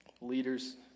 leaders